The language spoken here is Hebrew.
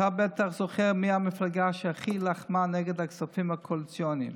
אתה בטח זוכר מי המפלגה שהכי לחמה נגד הכספים הקואליציוניים,